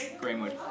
greenwood